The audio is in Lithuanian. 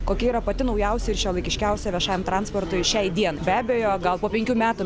kokia yra pati naujausia ir šiuolaikiškiausia viešajam transportui šiai dienai be abejo gal po penkių metų